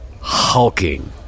hulking